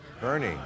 Bernie